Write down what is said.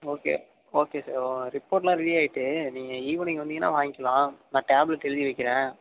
okay okay sir report எல்லாம் ready ஆயிட்டு நீங்கள் ஈவ்னிங் வந்திங்கன்னா வாங்கிலாம் நான் டேப்லெட் எழுதி வைக்கிறன்